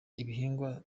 ibihingwa